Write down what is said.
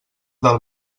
del